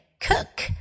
Cook